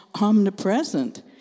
omnipresent